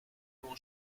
m’en